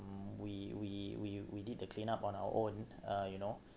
we we we we need to clean up on our own uh you know